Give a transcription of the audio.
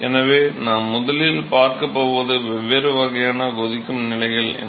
எனவே நாம் முதலில் பார்க்கப் போவது வெவ்வேறு வகையான கொதிக்கும் நிலைகள் என்ன